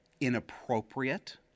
inappropriate—